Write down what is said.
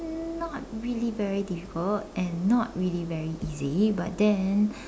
not really very difficult and not really very easy but then